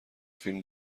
فیلم